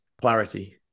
clarity